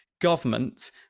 government